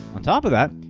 on top of that,